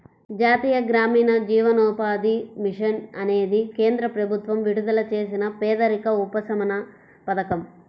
జాతీయ గ్రామీణ జీవనోపాధి మిషన్ అనేది కేంద్ర ప్రభుత్వం విడుదల చేసిన పేదరిక ఉపశమన పథకం